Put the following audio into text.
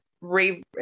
re